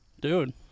Dude